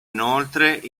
inoltre